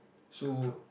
so